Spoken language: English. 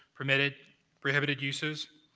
prohibited prohibited uses.